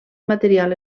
material